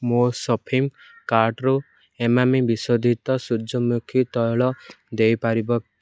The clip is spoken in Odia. ମୋ ସପିଂ କାର୍ଟ୍ରୁ ଏମାମି ବିଶୋଧିତ ସୂର୍ଯ୍ୟମୁଖୀ ତୈଳ ଦେଇପାରିବ